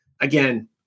Again